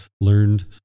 learned